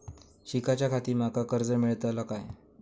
शिकाच्याखाती माका कर्ज मेलतळा काय?